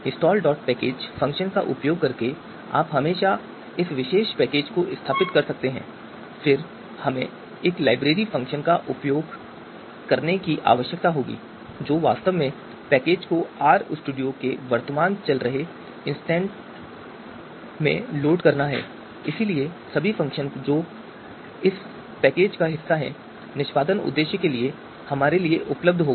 install package function का उपयोग करके आप हमेशा इस विशेष पैकेज को स्थापित कर सकते हैं और फिर हमें लाइब्रेरी फ़ंक्शन का उपयोग करने की आवश्यकता होती है जो वास्तव में पैकेज को आर स्टूडियो के वर्तमान चल रहे इंस्टेंस में लोड करना है और इसलिए सभी फ़ंक्शन जो इस पैकेज का हिस्सा हैं निष्पादन उद्देश्य के लिए हमारे लिए उपलब्ध होगा